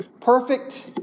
perfect